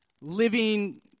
living